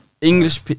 English